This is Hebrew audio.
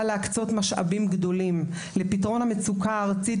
להקצות משאבים גדולים לפתרון המצוקה הארצית,